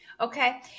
Okay